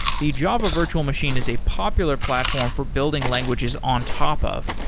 the java virtual machine is a popular platform for building languages on top of.